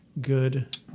good